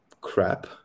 crap